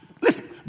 listen